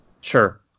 sure